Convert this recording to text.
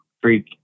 freak